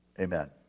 amen